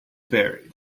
buried